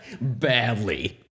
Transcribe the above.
Badly